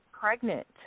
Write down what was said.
pregnant